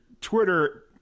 Twitter